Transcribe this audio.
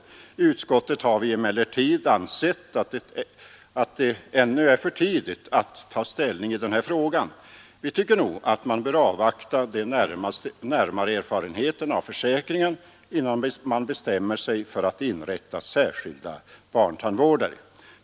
I utskottet har vi emellertid ansett att det ännu är för tidigt att ta ställning i den här frågan. Vi tycker nog att man bör avvakta de närmare erfarenheterna av försäkringen innan man bestämmer sig för att inrätta särskilda barntandvårdare.